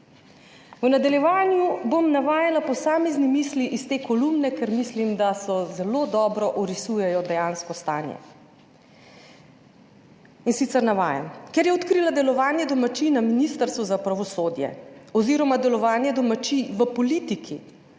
V nadaljevanju bom navajala posamezne misli iz te kolumne, ker mislim, da zelo dobro orisujejo dejansko stanje. In sicer navajam, ker je odkrila delovanje domačij na Ministrstvu za pravosodje oz. delovanje domačij v politiki,